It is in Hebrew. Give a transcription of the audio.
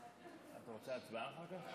אני מקבל את דברי סגן השר,